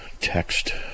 text